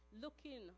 looking